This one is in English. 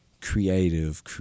creative